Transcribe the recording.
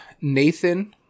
Nathan